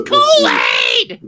Kool-Aid